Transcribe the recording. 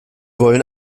wollen